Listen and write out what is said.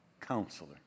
Counselor